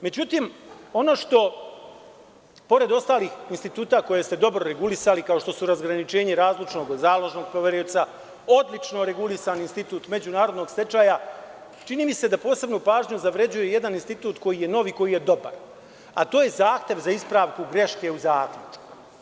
Međutim, ono što pored ostalih instituta koje ste dobro regulisali, kao što su razgraničenje razlučnog do založnog poverioca, odlično regulisani Institut međunarodnog stečaja, čini mi se da posebnu pažnju zavređuje jedan institut koji je novi, koji je dobar, a to je zahtev za ispravku greške u zaključku.